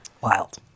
Wild